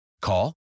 Call